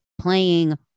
playing